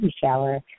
shower